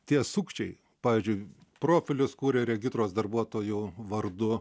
tie sukčiai pavyzdžiui profilius kuria regitros darbuotojų vardu